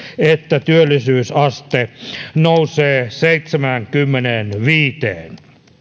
että työllisyysaste nousee seitsemäänkymmeneenviiteen